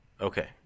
Okay